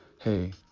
Hey